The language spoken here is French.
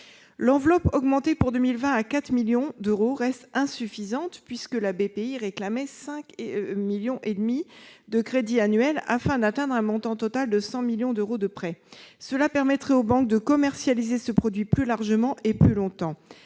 L'enveloppe augmentée pour 2020 à 4 millions d'euros reste insuffisante, puisque Bpifrance réclamait 5,5 millions d'euros de crédits annuels afin d'atteindre un montant total de 100 millions d'euros de prêts. Cela permettrait aux banques de commercialiser ce produit plus largement et plus longtemps.